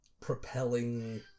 Propelling